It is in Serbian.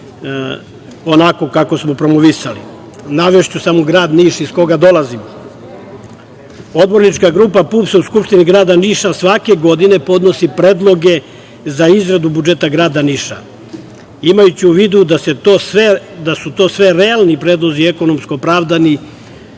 onako kako smo promovisali. Navešću samo grad Niš iz koga dolazim. Odbornička grupa PUPS-a u Skupštini grada Niša svake godine podnosi predloge za izradu budžeta grada Niša, imajući u vidu da su to sve realni predlozi, ekonomski opravdani,